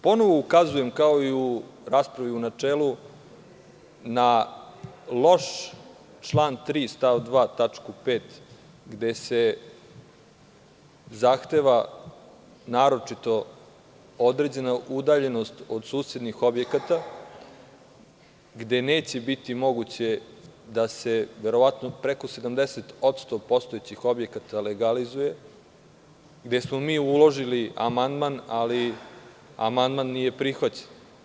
Ponovo ukazujem, kao i u raspravi u načelu na loš član 3. stav 2. tačku 5. gde se zahteva naročito određena udaljenost od susednih objekata, gde neće biti moguće da se verovatno preko 70% postojećih objekata legalizuje, gde smo uložili amandman ali on nije prihvaćen.